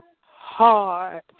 hard